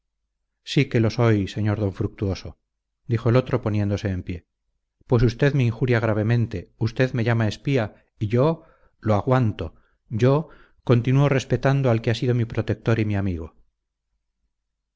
sí que lo soy sr d fructuoso dijo el otro poniéndose en pie pues usted me injuria gravemente usted me llama espía y yo lo aguanto yo continúo respetando al que ha sido mi protector y mi amigo